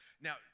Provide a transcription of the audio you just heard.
Now